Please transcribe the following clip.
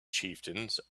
chieftains